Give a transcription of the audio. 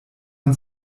man